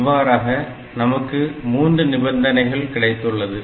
இவ்வாறாக நமக்கு 3 நிபந்தனைகள் கிடைத்துள்ளது